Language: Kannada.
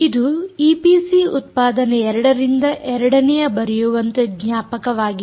ಇದು ಈಪಿಸಿ ಉತ್ಪಾದನೆ 2ರಿಂದ ಎರಡನೆಯ ಬರೆಯುವಂತಹ ಜ್ಞಾಪಕಬ್ಯಾಂಕ್ ಆಗಿದೆ